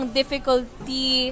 difficulty